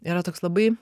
yra toks labai